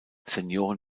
senioren